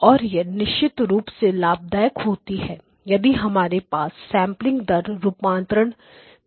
और यह निश्चित रूप से लाभदायक होती है यदि हमारे पास सैंपलिंग दर रूपांतरण भी हो